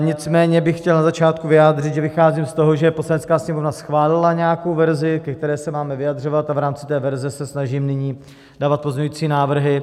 Nicméně bych chtěl na začátku vyjádřit, že vycházím z toho, že Poslanecká sněmovna schválila nějakou verzi, ke které se máme vyjadřovat, a v rámci té verze se snažím nyní dávat pozměňující návrhy.